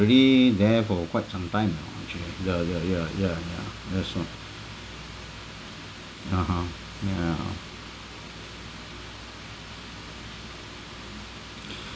already there for quite sometime now actually the the ya ya ya that's not (uh huh) yeah